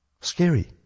Scary